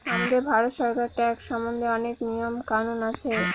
আমাদের ভারত সরকারের ট্যাক্স সম্বন্ধে অনেক নিয়ম কানুন আছে